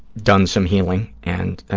done some healing and